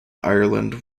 ireland